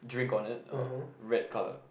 drink on it err red colour